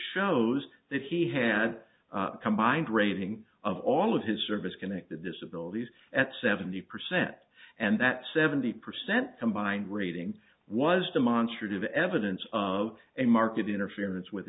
shows that he had combined rating of all of his service connected disability at seventy percent and that seventy percent combined rating was demonstrative evidence of a market interference with